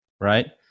Right